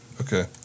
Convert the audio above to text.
Okay